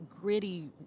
gritty